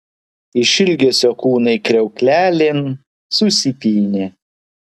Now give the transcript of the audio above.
iš ilgesio kūnai kriauklelėn susipynė